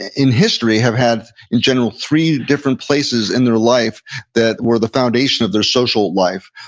in history, have had, in general, three different places in their life that were the foundation of their social life.